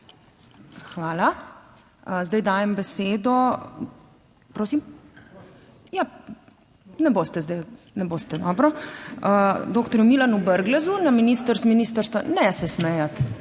Hvala. Zdaj dajem besedo... Prosim? Ja. Ne boste zdaj, ne boste. Dobro. Doktor Milanu Brglezu z ministrstva - ne se smejati,